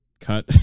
Cut